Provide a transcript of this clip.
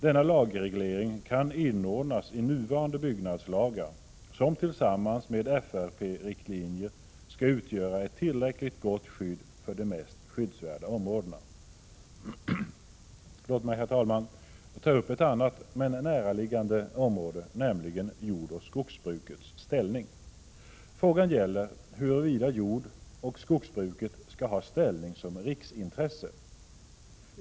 Denna lagreglering kan inordnas i nuvarande byggnadslagar, som tillsammans med FRP-riktlinjerna skall utgöra ett tillräckligt gott skydd för de mest skyddsvärda områdena. Låt mig, herr talman, ta upp ett annat, men närliggande område, nämligen jordoch skogsbrukets ställning. Frågan gäller huruvida jordoch skogsbruket skall ha ställning som riksintresse.